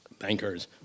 bankers